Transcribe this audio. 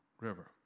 River